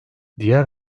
diğer